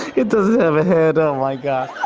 it doesn't have a head. oh, my gosh.